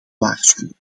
waarschuwen